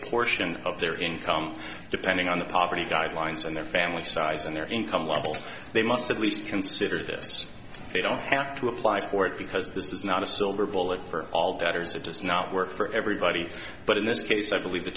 portion of their income depending on the poverty guidelines and their family size and their income level they must at least consider this they don't have to apply for it because this is not a silver bullet for all debtors it does not work for everybody but in this case i believe the